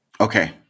Okay